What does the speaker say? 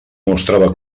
mostrava